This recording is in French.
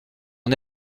est